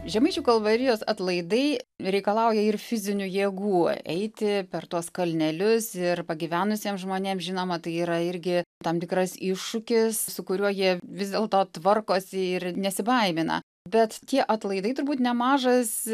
žemaičių kalvarijos atlaidai reikalauja ir fizinių jėgų eiti per tuos kalnelius ir pagyvenusiem žmonėm žinoma tai yra irgi tam tikras iššūkis su kuriuo jie vis dėlto tvarkosi ir nesibaimina bet tie atlaidai turbūt nemažas